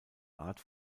art